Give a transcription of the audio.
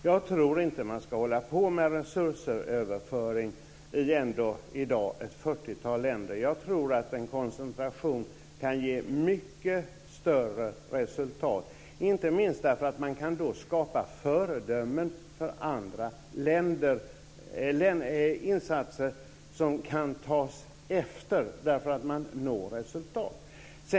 Jag tror inte att man ska hålla på med resursöverföring i, som det ändå är i dag, ett fyrtiotal länder. En koncentration kan nog ge mycket bättre resultat, inte minst därför att man då kan skapa föredömen för andra länder genom insatser som kan tas efter därför att resultat nås.